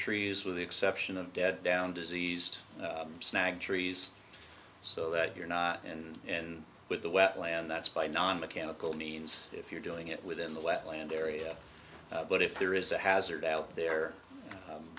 trees with the exception of dead down diseased snag trees so that you're not in with the wetland that's by non mechanical means if you're doing it within the wetlands area but if there is a hazard out there